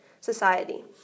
society